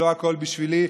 לא הכול בשבילי,